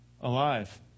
alive